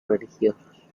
religiosos